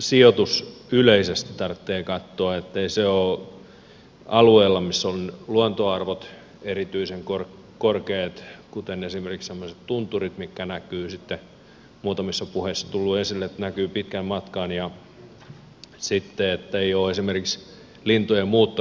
sijoitus yleisesti tarvitsee katsoa ettei se ole alueella missä ovat luontoarvot erityisen korkeat kuten esimerkiksi semmoisilla tuntureilla mitkä näkyvät muutamissa puheissa on tullut esille pitkän matkan ja sitten ettei se ole esimerkiksi lintujen muuttoreiteillä